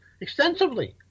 extensively